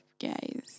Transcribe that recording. guys